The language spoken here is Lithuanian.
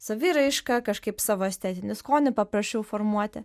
saviraiška kažkaip savo estetinį skonį paprasčiau formuoti